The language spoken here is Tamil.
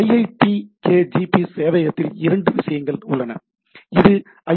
எனவே iitkgp சேவையகத்தில் என்று இரண்டு விஷயங்கள் உள்ளன இது ஐ